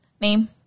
name